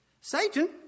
Satan